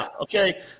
okay